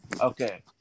Okay